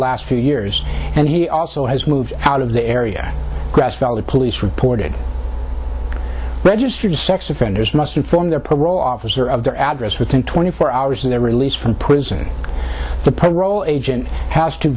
last few years and he also has moved out of the area grass valley police reported registered sex offenders must inform their parole officer of their address within twenty four hours of their release from prison the parole agent has to